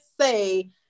say